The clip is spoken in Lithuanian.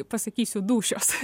pasakysiu dūšios